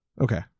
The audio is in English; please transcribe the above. okay